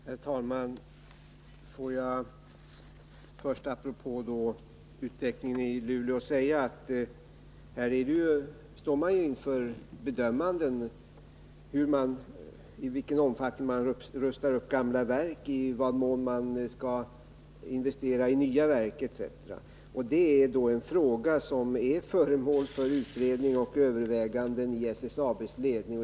Herr talman! Får jag först apropå utvecklingen i Luleå säga att här står man inför bedömanden av i vilken omfattning man skall rusta upp gamla verk, i vad mån man skall investera i nya verk etc. Detta är en fråga som är föremål för utredning och överväganden i SSAB:s ledning.